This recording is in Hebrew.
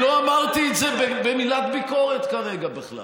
לא אמרתי את זה במילת ביקורת כרגע בכלל.